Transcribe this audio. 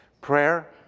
Prayer